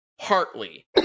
partly